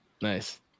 Nice